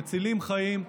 מצילים חיים,